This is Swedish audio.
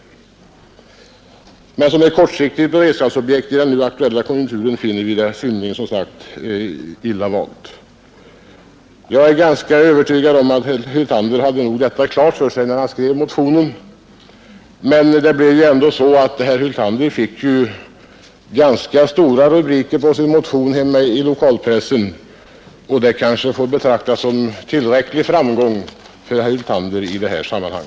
Men såsom ett kortsiktigt beredskapsobjekt i den nu aktuella konjunkturen finner vi det, som sagt, synnerligen illa valt. Jag är ganska övertygad om att herr Hyltander hade detta klart för sig, när han skrev motionen. Men herr Hyltander fick ju ändå hemma i lokalpressen ganska stora rubriker beträffande sin motion. Det kanske får betraktas som en tillräcklig framgång för herr Hyltander i detta sammanhang.